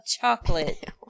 chocolate